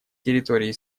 территории